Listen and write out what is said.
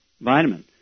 vitamin